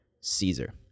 Caesar